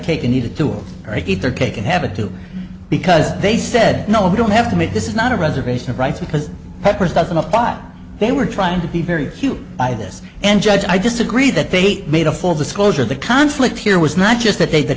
cake needed to get their cake and have a do because they said no we don't have to make this is not a reservation of rights because peppers doesn't apply they were trying to be very cute by this and judge i disagree that they made a full disclosure the conflict here was not just that they